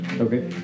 Okay